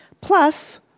plus